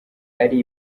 ari